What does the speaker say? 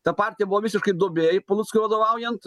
ta partija buvo visiškai duobėj paluckui vadovaujant